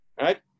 right